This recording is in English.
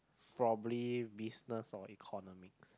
probably business or economics